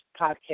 podcast